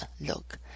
look